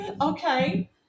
okay